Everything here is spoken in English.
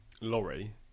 lorry